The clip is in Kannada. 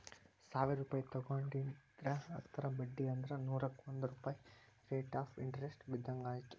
ಸಾವಿರ್ ರೂಪಾಯಿ ತೊಗೊಂಡಿದ್ರ ಹತ್ತರ ಬಡ್ಡಿ ಅಂದ್ರ ನೂರುಕ್ಕಾ ಒಂದ್ ರೂಪಾಯ್ ರೇಟ್ ಆಫ್ ಇಂಟರೆಸ್ಟ್ ಬಿದ್ದಂಗಾಯತು